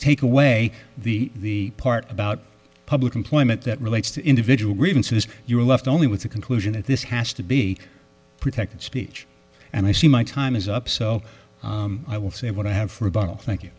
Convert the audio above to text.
take away the part about public employment that relates to individual grievances you are left only with the conclusion that this has to be protected speech and i see my time is up so i will say what i have for a bottle thank